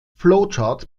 flowcharts